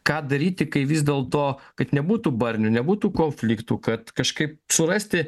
ką daryti kai vis dėl to kad nebūtų barnių nebūtų konfliktų kad kažkaip surasti